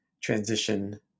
transition